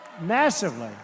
massively